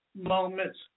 moments